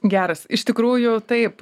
geras iš tikrųjų taip